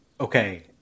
Okay